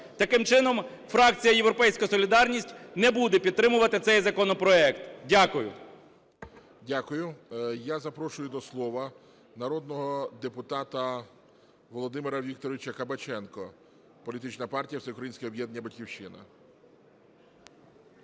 Таким чином, фракція "Європейська солідарність" не буде підтримувати цей законопроект. Дякую. ГОЛОВУЮЧИЙ. Дякую. Я запрошую до слова народного депутата Володимира Вікторовича Кабаченка, політична партія "Всеукраїнське об'єднання "Батьківщина".